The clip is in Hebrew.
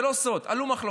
זה לא סוד, עלו מחלוקות,